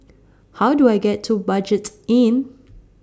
How Do I get to Budget Inn